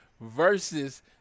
versus